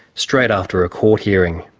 straight after a court hearing.